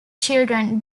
children